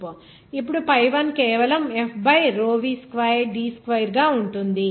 ఇప్పుడు ఈ pi1 కేవలం F by rho v square D square గా ఉంటుంది